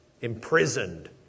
Imprisoned